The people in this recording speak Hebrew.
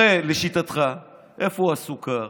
הרי, לשיטתך, איפה הסוכר?